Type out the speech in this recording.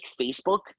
Facebook